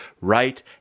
right